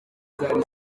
zari